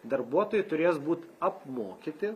darbuotojai turės būt apmokyti